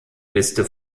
liste